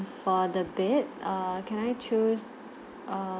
for the bed err can I choose err